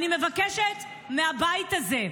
אני מבקשת מהבית הזה,